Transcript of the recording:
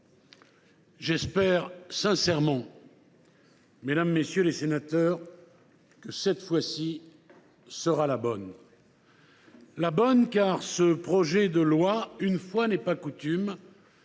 J’espère sincèrement, mesdames, messieurs les sénateurs, que cette fois ci sera la bonne, car ce projet de loi, une fois n’est pas coutume,